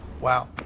Wow